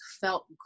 felt